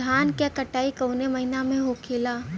धान क कटाई कवने महीना में होखेला?